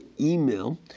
email